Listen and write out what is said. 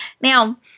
Now